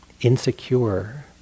insecure